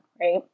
right